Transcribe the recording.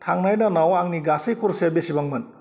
थांनाय दानाव आंनि गासै खरसेया बेसेबांमोन